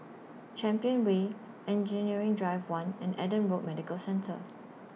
Champion Way Engineering Drive one and Adam Road Medical Centre